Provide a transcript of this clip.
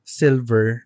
silver